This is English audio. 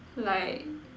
like